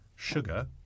sugar